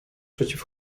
przeciw